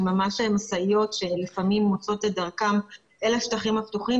של ממש משאיות שלפעמים מוצאות את דרכן אל השטחים הפתוחים,